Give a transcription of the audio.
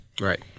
Right